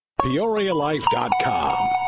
PeoriaLife.com